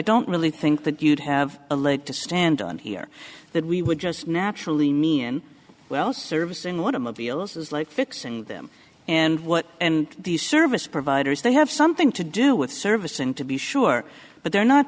don't really think that you'd have a leg to stand on here that we would just naturally mean well service in one of the ills is like fixing them and what and these service providers they have something to do with service and to be sure but they're not